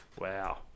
Wow